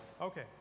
Okay